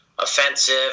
offensive